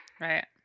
Right